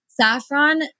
Saffron